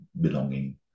belonging